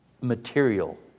material